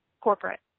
corporate